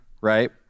Right